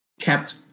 kept